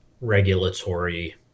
regulatory